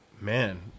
Man